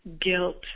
guilt